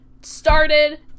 started